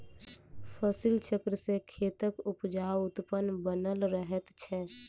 फसिल चक्र सॅ खेतक उपजाउपन बनल रहैत छै